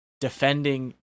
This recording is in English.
defending